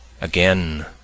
Again